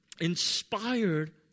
inspired